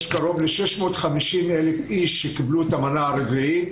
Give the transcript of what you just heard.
קרוב ל-650 אלף איש קיבלו את המנה הרביעית,